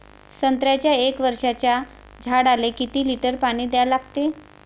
संत्र्याच्या एक वर्षाच्या झाडाले किती लिटर पाणी द्या लागते?